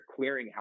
clearinghouse